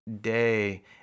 day